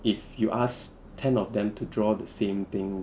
if you ask ten of them to draw the same thing